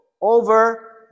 over